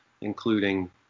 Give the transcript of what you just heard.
including